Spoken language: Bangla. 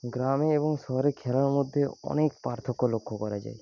গ্রামে এবং শহরে খেলার মধ্যে অনেক পার্থক্য লক্ষ করা যায়